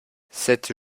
cette